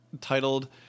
titled